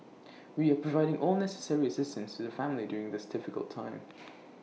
we are providing all necessary assistance to the family during this difficult time